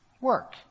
work